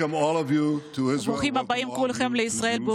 ברוכים הבאים כולכם לישראל,